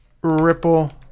Ripple